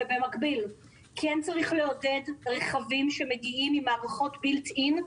ובמקביל כן צריך לעודד רכבים שמגיעים עם מערכות בילט-אין,